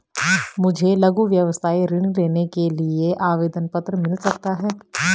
मुझे लघु व्यवसाय ऋण लेने के लिए आवेदन पत्र मिल सकता है?